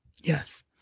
yes